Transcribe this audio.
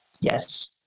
Yes